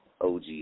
og